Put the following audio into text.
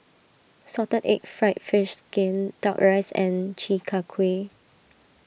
Salted Egg Fried Fish Skin Duck Rice and Chi Kak Kuih